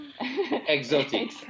Exotic